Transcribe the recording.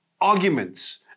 arguments